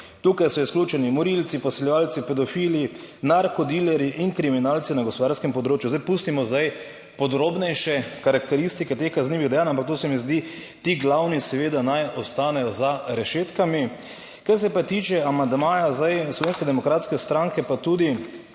tukaj, so izključeni morilci, posiljevalci, pedofili, narko dilerji in kriminalci na gospodarskem področju. Zdaj pustimo zdaj podrobnejše karakteristike teh kaznivih dejanj, ampak to se mi zdi, ti glavni seveda naj ostanejo za rešetkami. Kar se pa tiče amandmaja zdaj Slovenske demokratske stranke pa tudi